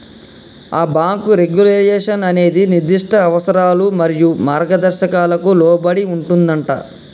ఆ bank regulation అనేది నిర్దిష్ట అవసరాలు మరియు మార్గదర్శకాలకు లోబడి ఉంటుందంటా